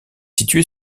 située